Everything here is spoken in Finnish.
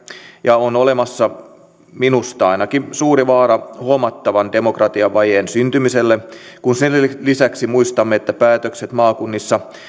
ja on olemassa minun mielestäni ainakin suuri vaara syntyä huomattava demokratiavaje kun lisäksi muistamme että päätökset maakunnissa